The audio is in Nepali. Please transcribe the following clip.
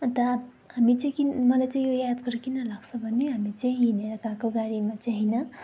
अन्त हामी चाहिँ किन मलाई चाहिँ यो यादगार किन लाग्छ भने हामी चाहिँ हिँडेर गएको गाडीमा चाहिँ होइन